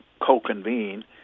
co-convene